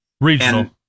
regional